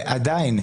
עדיין,